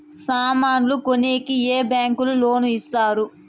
సామాన్లు కొనేకి ఏ బ్యాంకులు లోను ఇస్తారు?